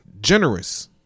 Generous